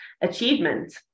achievement